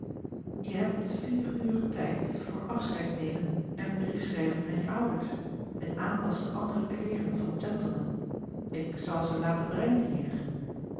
jij heb vier uur tijd voor afscheid nemen en brief schrijven aan je ouders en aanpassen andere kleeren van gentleman ik zal ze laten brengen hier